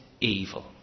evil